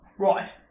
Right